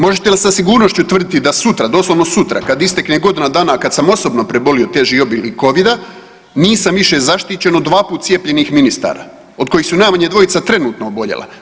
Možete li sa sigurnošću tvrditi da sutra, doslovno sutra kad istekne godina dana kad sam osobno prebolio teži oblik Covida nisam više zaštićen od 2 puta cijepljenih ministara od kojih su najmanje dvojica trenutno oboljela?